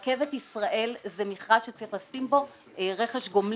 רכבת ישראל זה מכרז שצריך לשים בו רכש גומלין,